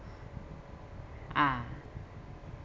ah